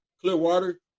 Clearwater